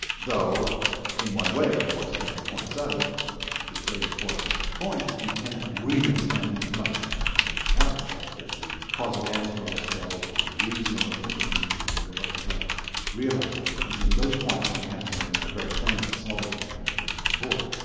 though in one way of course, kant points out this very important point, that you can't really understand human life unless you take account of the fact that we posit ends for ourselves, we reason about those ends, we then go out and try to realise those ends. and those points in kant's argument are very firm and solid and you have to take them on board.